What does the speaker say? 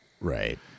Right